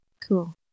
cool